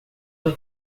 uma